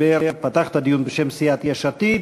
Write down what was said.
שפתח את הדיון בשם סיעת יש עתיד.